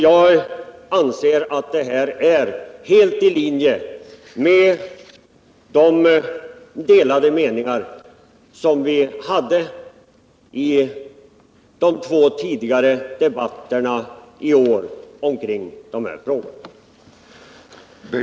Jag anser att det här är helt i linje med de delade meningar som vi haft i de två tidigare debatterna i år omkring dessa frågor.